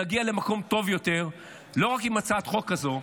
נגיע למקום טוב יותר לא רק עם הצעת החוק הזו,